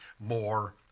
more